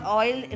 oil